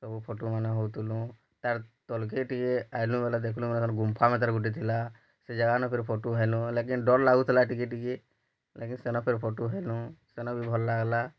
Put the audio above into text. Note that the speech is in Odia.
ସବୁ ଫୋଟୁମାନେ ହଉଥିଲୁ ତାର ତଲକେ ଟିକେ ଆଇଲୁ ବୋଲେ ଦେଖଲୁ ବୋଲେ ଗୁମ୍ଫା ଗୁଟେ ଥିଲା ସେ ଜାଗା ନ କରି ଫଟୁ ହେଲୁ ଲେକିନ୍ ଡର୍ ଲାଗୁଥିଲା ଟିକେ ଟିକେ ଲେକିନ୍ ସେନ୍ ଫିର ଫଟୁ ହେଲୁ ସେନ୍ ବି ଭଲ୍ ଲାଗଲା